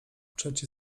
przecie